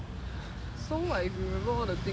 so like if you remember all the things